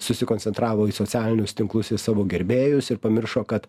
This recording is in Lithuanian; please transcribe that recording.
susikoncentravo į socialinius tinklus į savo gerbėjus ir pamiršo kad